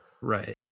Right